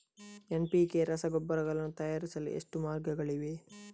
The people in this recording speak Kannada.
ಎನ್.ಪಿ.ಕೆ ರಸಗೊಬ್ಬರಗಳನ್ನು ತಯಾರಿಸಲು ಎಷ್ಟು ಮಾರ್ಗಗಳಿವೆ?